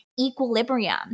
equilibrium